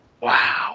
Wow